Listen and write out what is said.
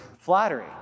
flattery